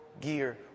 gear